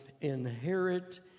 inherit